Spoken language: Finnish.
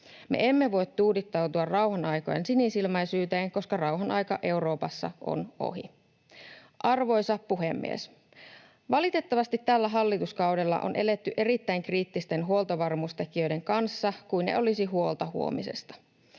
Me emme voi tuudittautua rauhanaikojen sinisilmäisyyteen, koska rauhanaika Euroopassa on ohi. Arvoisa puhemies! Valitettavasti tällä hallituskaudella on eletty erittäin kriittisten huoltovarmuustekijöiden kanssa kuin ei olisi huolta huomisesta.